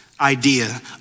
idea